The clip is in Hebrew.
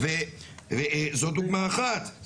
זאת דוגמה אחת,